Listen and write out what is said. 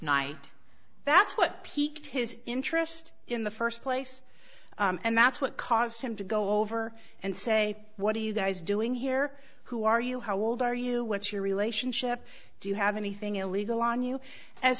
night that's what piqued his interest in the first place and that's what caused him to go over and say what do you guys doing here who are you how old are you what's your relationship do you have anything illegal on you as